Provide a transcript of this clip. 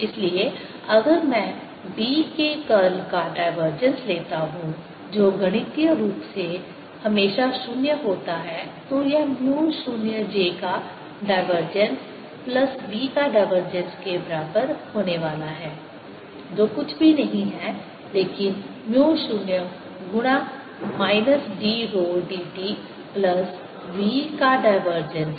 इसलिए अगर मैं b के कर्ल का का डाइवर्जेंस लेता हूं जो गणितीय रूप से हमेशा 0 होता है तो यह म्यू 0 j का डाइवर्जेंस प्लस v का डाइवर्जेंस के बराबर होने वाला है जो कुछ भी नहीं है लेकिन म्यू 0 गुना minus d rho dt plus v का डाइवर्जेंस है